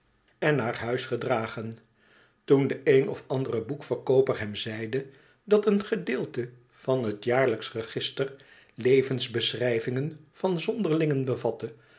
en naar huis gedragen toen de een of andere boekverkooper hem zeide dat een gedeelte van het jaarlijksch register levenbeschrijvingen van zonderlingen